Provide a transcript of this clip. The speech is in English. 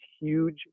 huge